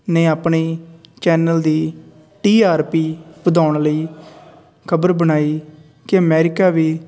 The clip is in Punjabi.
ਨੇ ਆਪਣੀ ਚੈਨਲ ਦੀ ਟੀ ਆਰ ਪੀ ਵਧਾਉਣ ਲਈ ਖ਼ਬਰ ਬਣਾਈ ਕਿ ਅਮੈਰੀਕਾ ਵੀ